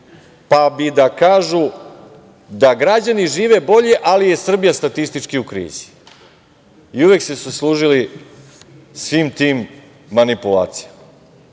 pa bi da kažu da građani žive bolje, ali je Srbija statistički u krizi. I uvek su se služili svim tim manipulacijama. Ako